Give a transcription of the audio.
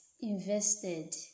invested